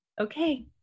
Okay